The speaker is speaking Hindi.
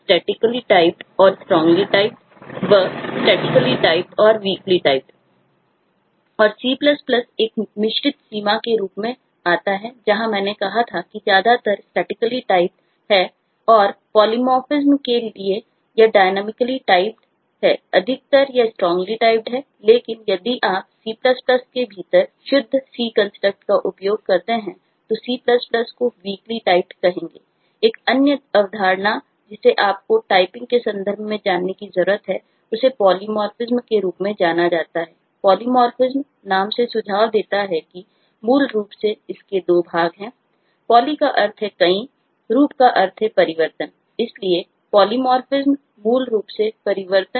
और C एक मिश्रित सीमा के रूप में आता है जहां मैंने कहा था कि यह ज्यादातर स्टैटिकली टाइप्ड नाम से सुझाव देता है कि मूल रूप से इसके दो भाग हैं पाली का अर्थ है कई रूप का अर्थ है परिवर्तन